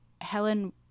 Helen